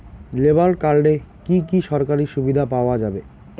Labour কার্ডে কি কি সরকারি সুবিধা পাওয়া যাবে?